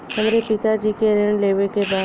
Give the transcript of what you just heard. हमरे पिता जी के ऋण लेवे के बा?